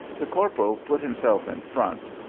the corporal put himself in front,